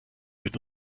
will